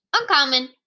uncommon